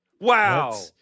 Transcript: Wow